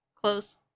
Close